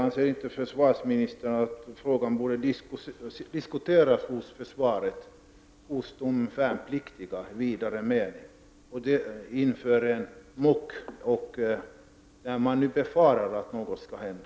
Anser inte försvarsministern att frågan borde diskuteras inom försvaret bland de värnpliktiga i vidare mening inför muck, då det kan befaras att något skall hända?